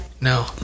No